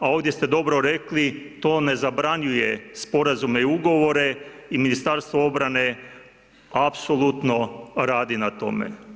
A ovdje ste dobro rekli to ne zabranjuje sporazume i ugovore i Ministarstvo obrane apsolutno radi na tome.